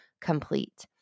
complete